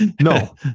No